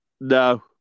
No